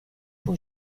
può